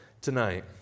tonight